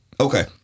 okay